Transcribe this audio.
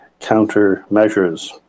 countermeasures